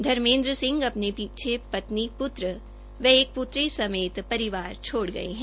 धर्मेद्र सिंह अपने परिवार के पीछे पत्नी पुत्र व एक पुत्री समेत परिवार छोड़ गये है